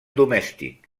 domèstic